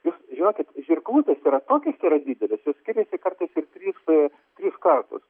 jūs jokit žirklutės yra tokios yra didelės visus skiriasi kartais ir tris tris kartus